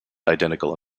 identical